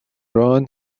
run